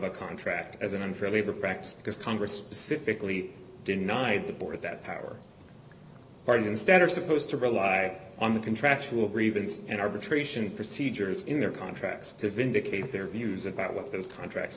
a contract as an unfair labor practice because congress civically denied the board that power part instead are supposed to rely on the contractual grievance and arbitration procedures in their contracts to vindicate their views about what those contracts